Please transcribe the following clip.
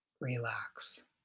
relax